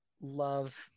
love